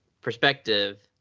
perspective